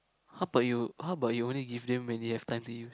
how about you how about you only give them when they have time to use